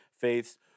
faiths